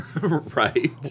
Right